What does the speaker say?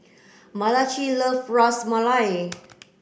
Malachi love Ras Malai